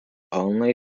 only